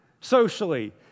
socially